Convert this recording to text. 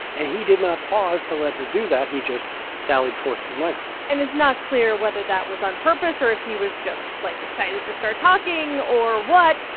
and he did not pause to let her do that. he just sallied forth to the microphone and it's not clear whether that was on purpose or if he was just, like, excited to start talking or what.